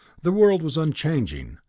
the world was unchanging,